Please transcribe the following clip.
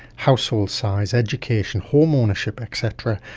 household size, education, home ownership et cetera,